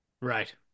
Right